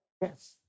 Yes